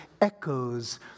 echoes